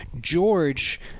George